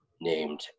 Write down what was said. named